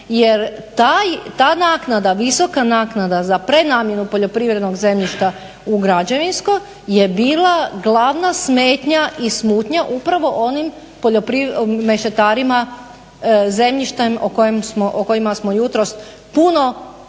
jer ta naknada, visoka naknada za prenamjenu poljoprivrednog zemljišta u građevinsko je bila glavna smetnja i smutnja upravo onim mešetarima zemljištem o kojima smo jutros puno puno